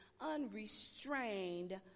unrestrained